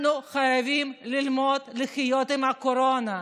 אנחנו חייבים ללמוד לחיות עם הקורונה.